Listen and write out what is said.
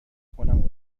کنم